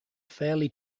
fairly